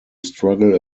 struggle